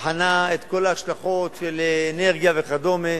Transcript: בחנה את כל ההשלכות של אנרגיה וכדומה.